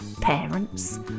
parents